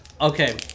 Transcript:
Okay